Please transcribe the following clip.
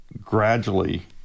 gradually